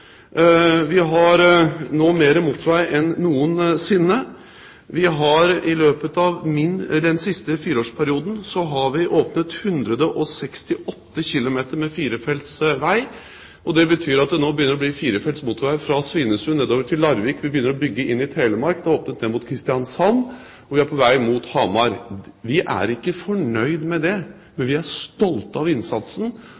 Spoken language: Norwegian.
Vi har nå mer motorvei enn noensinne. I løpet av den siste fireårsperioden har vi åpnet 168 kilometer med firefelts vei, og det betyr at det nå begynner å bli firefelts motorvei fra Svinesund nedover til Larvik, vi begynner å bygge inn i Telemark og har åpnet ned mot Kristiansand, og vi er på vei mot Hamar. Vi er ikke fornøyd med det,